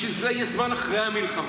בשביל זה יש זמן אחרי המלחמה.